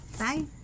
Bye